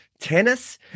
tennis